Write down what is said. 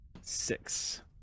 Six